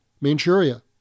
Manchuria